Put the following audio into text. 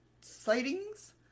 sightings